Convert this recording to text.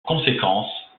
conséquence